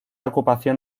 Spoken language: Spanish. ocupación